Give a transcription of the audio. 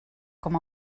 com